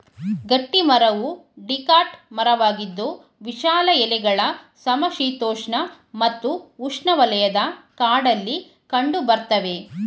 ಗಟ್ಟಿಮರವು ಡಿಕಾಟ್ ಮರವಾಗಿದ್ದು ವಿಶಾಲ ಎಲೆಗಳ ಸಮಶೀತೋಷ್ಣ ಮತ್ತು ಉಷ್ಣವಲಯದ ಕಾಡಲ್ಲಿ ಕಂಡುಬರ್ತವೆ